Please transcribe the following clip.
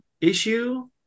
issue